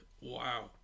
wow